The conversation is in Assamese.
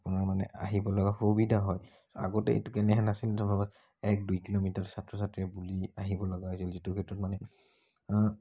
আপোনাৰ মানে আহিবলৈ সুবিধা হয় আগতে এইটো কেনেহেন আছিল ধৰক এক দুই কিলোমিটাৰ ছাত্ৰ ছাত্ৰী বুলি আহিবলগা হৈছিল যিটো ক্ষেত্ৰত মানে